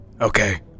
Okay